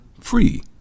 free